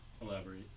Elaborate